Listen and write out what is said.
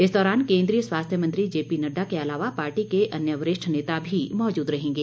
इस दौरान के द्वीय स्वास्थ्य मंत्री जेपी नड्डा के अलावा पार्टी के अन्य वरिष्ठ नेता भी मौजूद रहेंगे